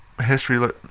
History